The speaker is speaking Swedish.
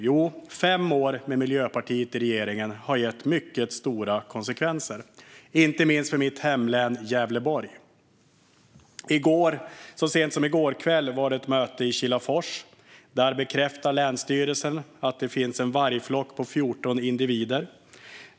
Jo, fem år med Miljöpartiet i regeringen har fått stora konsekvenser, inte minst för mitt hemlän Gävleborg. Så sent som i går kväll var det ett möte i Kilafors, och då bekräftade länsstyrelsen att det finns en vargflock på 14 individer.